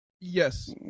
Yes